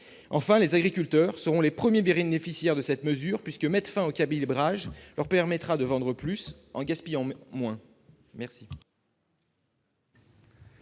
Enfin, les agriculteurs seront les premiers bénéficiaires de cette mesure, puisque la fin du calibrage leur permettra de vendre plus en gaspillant moins.